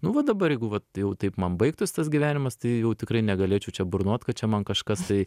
nu va dabar jeigu vat taip man baigtųsi tas gyvenimas tai jau tikrai negalėčiau čia burnot kad čia man kažkas tai